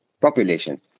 population